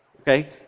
Okay